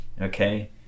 Okay